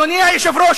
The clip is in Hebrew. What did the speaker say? הרחקת לכת.